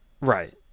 Right